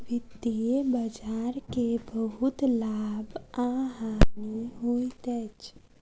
वित्तीय बजार के बहुत लाभ आ हानि होइत अछि